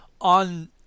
on